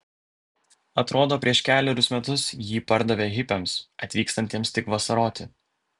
atrodo prieš kelerius metus jį pardavė hipiams atvykstantiems tik vasaroti